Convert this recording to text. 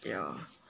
yeah